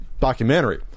documentary